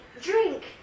drink